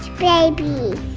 baby!